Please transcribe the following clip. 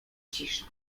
cisza